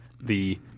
the-